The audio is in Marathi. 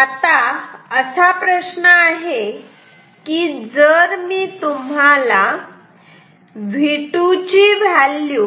आता प्रश्न असा आहे की जर मी तुम्हाला V2 ची व्हॅल्यू